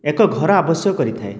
ଏକ ଘର ଆବଶ୍ୟକ କରିଥାଏ